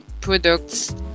products